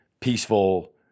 peaceful